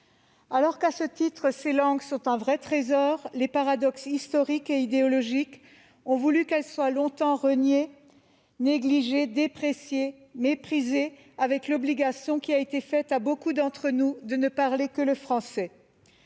Alors que, à ce titre, ces langues sont un vrai trésor, les paradoxes historiques et idéologiques ont voulu qu'elles soient longtemps reniées, négligées, dépréciées et méprisées, avec l'obligation qui a été faite à beaucoup d'entre nous de ne parler que le français.